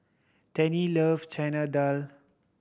Tennie love Chana Dal